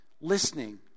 listening